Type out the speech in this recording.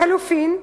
לחלופין,